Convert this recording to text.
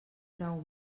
grau